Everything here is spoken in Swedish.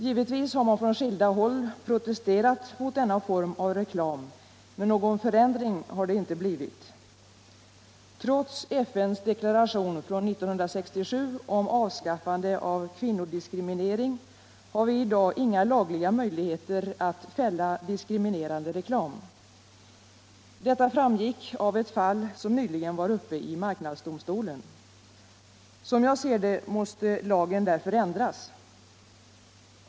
Givetvis har man från skilda håll protesterat mot denna form av reklam, men någon förändring har det inte blivit. Trots FN:s deklaration från 1967 om avskaffande av kvinnodiskriminering har vi i dag inga lagliga möjligheter att fälla diskriminerande reklam. Detta framgick av ett fall som nyligen var uppe i marknadsdomstolen. Som jag ser det måste lagen därför ändras.